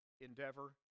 endeavor